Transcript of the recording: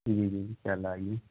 جی جی ان شاء اللہ آئیے